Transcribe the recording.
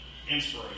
inspiration